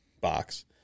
box